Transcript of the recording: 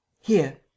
Here